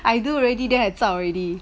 I do already then I zao already